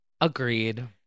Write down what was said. Agreed